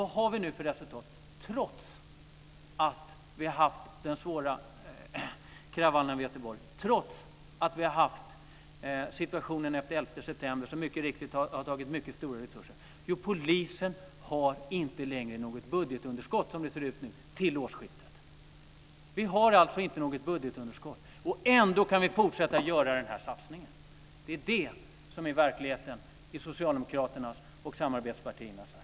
Vad har vi nu för resultat, trots att vi har haft de svåra kravallerna i Göteborg och trots att vi har haft en situation efter den 11 september som mycket riktigt har tagit mycket stora resurser i anspråk? Jo, polisen har inte längre något budgetunderskott, som det ser ut nu, till årsskiftet. Vi har alltså inte något budgetunderskott. Ändå kan vi fortsätta att göra den här satsningen. Det är det som är verkligheten i Socialdemokraternas och samarbetspartiernas Sverige.